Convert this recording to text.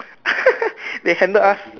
they handed us